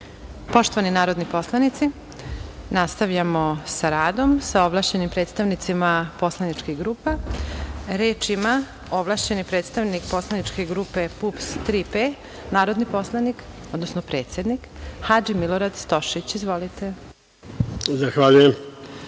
Poštovani narodni poslanici, nastavljamo sa radom, sa ovlašćenim predstavnicima poslaničkih grupa. Reč ima ovlašćeni predstavnik poslaničke grupe PUPS – „Tri P“, narodni poslanik, odnosno predsednik Hadži Milorad Stošić. Izvolite. **Hadži